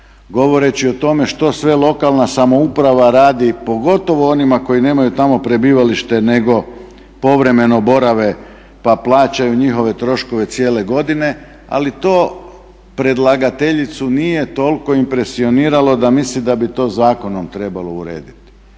govoreći o tome što sve lokalna samouprava radi pogotovo onima koji nemaju tamo prebivalište nego povremeno borave pa plaćaju njihove troškove cijele godine. Ali to predlagateljicu nije toliko impresioniralo da misli da bi to zakonom trebalo urediti.